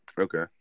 Okay